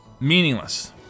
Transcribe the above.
Meaningless